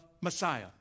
Messiah